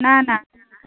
না না